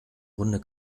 runde